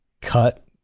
cut